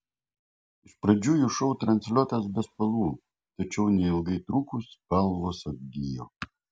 iš pradžių jų šou transliuotas be spalvų tačiau neilgai trukus spalvos atgijo